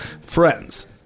friends